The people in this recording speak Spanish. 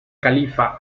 califa